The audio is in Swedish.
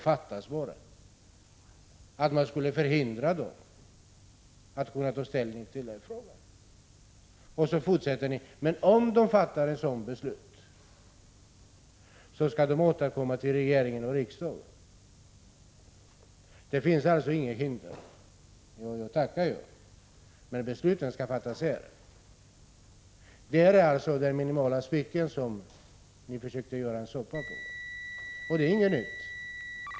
Fattas bara att man skulle förhindra Sveriges Radio att ta ställning till frågan! Ni fortsätter i reservationen: Men om Sveriges Radio fattar beslut om att förlägga ledningen för en rikskanal till en ort utanför Helsingfors skall man återkomma till regering och riksdag. Jo, jag tackar jag. Det finns alltså inget hinder för Sveriges Radio att ta initiativ, men besluten skall fattas här. Detta är den minimala spik som ni försökte koka soppa på — och det är inget nytt.